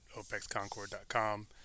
opexconcord.com